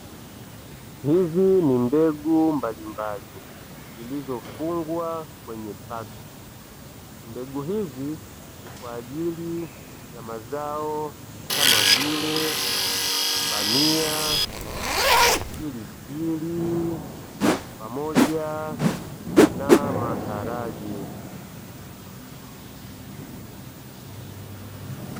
Hizi ni mbegu mbalimbali, zilizofungwa kwenye pakiti. Mbegu hizi ni kwa ajili ya mazao kama vile; bamia, pilipili pamoja na maharage.